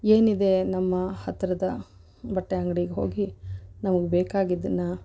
ಏನಿದೆ ನಮ್ಮ ಹತ್ತಿರದ ಬಟ್ಟೆ ಅಂಗ್ಡಿಗೆ ಹೋಗಿ ನಮಗೆ ಬೇಕಾಗಿದ್ದನ್ನು